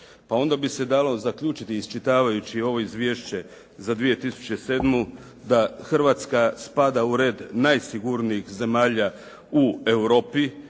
pa onda bi se dalo zaključiti iščitavajući ovo izvješće za 2007. da Hrvatska spada u red najsigurnijih zemalja u Europi,